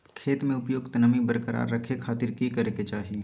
खेत में उपयुक्त नमी बरकरार रखे खातिर की करे के चाही?